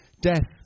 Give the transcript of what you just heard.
death